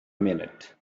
minute